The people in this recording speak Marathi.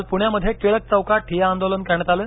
काल पुण्यामध्ये टिळक चौकात ठिय्या आंदोलन करण्यात आलं